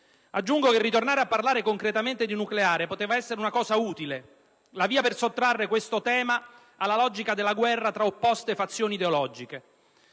Aggiungo che ritornare a parlare concretamente di nucleare poteva essere una cosa utile, la via per sottrarre questo tema alla logica della guerra tra opposte fazioni ideologiche.